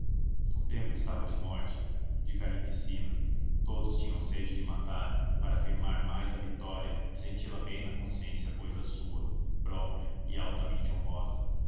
o tempo estava de morte de carnificina todos tinham sede de matar para afirmar mais a vitória e senti la bem na consciência cousa sua própria e altamente honrosa